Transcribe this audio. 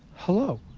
hello.